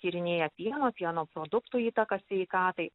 tyrinėja pieno pieno produktų įtaką sveikatai